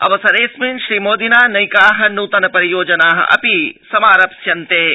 अवसरेऽस्मिन् श्रीमोदिना नक्कीः नूतन परियोजनाः अपि समारप्स्यन्ते